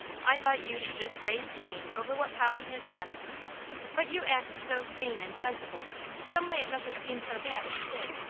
i thought you'd just raise cain over what polly has done but you act so sane and sensible someway it doesn't seem so bad as it did,